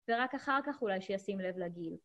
ורק אחר כך אולי שישים לב לגיל.